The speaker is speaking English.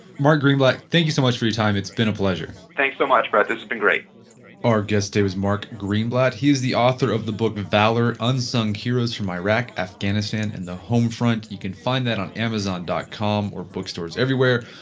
mark greenblatt, thank you so much for your time. it's been a pleasure thanks so much, brett. this has been great out guest today was mark greenblatt. he is the author of the book valor unsung heroes from iraq, afghanistan, and the home front. you can find that on amazon dot com or bookstores everywhere.